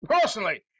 personally